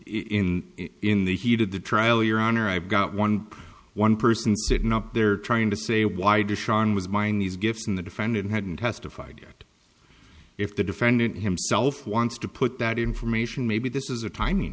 in in the heat of the trial your honor i've got one one person sitting up there trying to say why did sharon was mine these gifts in the defendant hadn't testified yet if the defendant himself wants to put that information maybe this is a timing